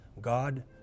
God